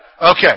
Okay